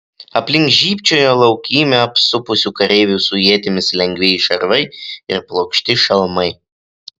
aplink žybčiojo laukymę apsupusių kareivių su ietimis lengvieji šarvai ir plokšti šalmai